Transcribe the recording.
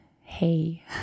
hey